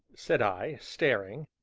said i, staring.